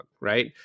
right